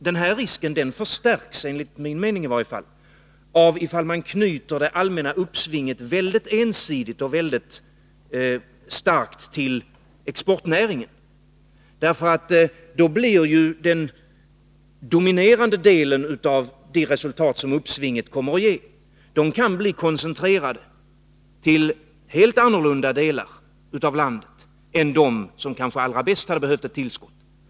Denna risk förstärks, i varje fall enligt min mening, om man knyter det allmänna uppsvinget starkt och ensidigt till exportnäringen. Då kan nämligen den dominerande delen av de resultat som uppsvinget kommer att ge bli koncentrerad till helt andra delar av landet än dem som kanske allra bäst hade behövt ett tillskott.